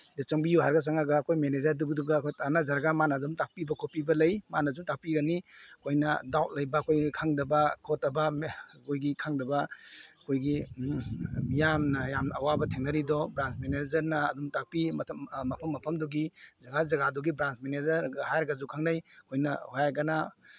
ꯁꯤꯗ ꯆꯪꯕꯤꯌꯨ ꯍꯥꯏꯔꯒ ꯆꯪꯉꯒ ꯑꯩꯈꯣꯏ ꯃꯦꯅꯦꯖꯔꯗꯨꯒ ꯇꯥꯟꯅꯖꯔꯒ ꯃꯥꯅ ꯑꯗꯨꯝ ꯇꯥꯛꯄꯤꯕ ꯈꯣꯠꯄꯤꯕ ꯂꯩ ꯃꯥꯅꯁꯨ ꯇꯥꯛꯄꯤꯒꯅꯤ ꯑꯩꯈꯣꯏꯅ ꯗꯥꯎꯠ ꯂꯩꯕ ꯑꯩꯈꯣꯏ ꯈꯪꯗꯕ ꯈꯣꯠꯇꯕ ꯑꯩꯈꯣꯏꯒꯤ ꯈꯪꯗꯕ ꯑꯩꯈꯣꯏꯒꯤ ꯃꯤꯌꯥꯝꯅ ꯌꯥꯝꯅ ꯑꯋꯥꯕ ꯊꯦꯡꯅꯔꯤꯗꯣ ꯕ꯭ꯔꯥꯟꯁ ꯃꯦꯅꯦꯖꯔꯅ ꯑꯗꯨꯝ ꯇꯥꯛꯄꯤ ꯃꯐꯝ ꯃꯐꯝꯗꯨꯒꯤ ꯖꯒꯥ ꯖꯒꯥꯗꯨꯒꯤ ꯕ꯭ꯔꯥꯟꯁ ꯃꯦꯅꯦꯖꯔ ꯍꯥꯏꯔꯒꯁꯨ ꯈꯪꯅꯩ ꯑꯩꯈꯣꯏꯅ ꯍꯥꯏꯔꯒꯅ